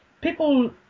people